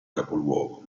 capoluogo